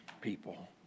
people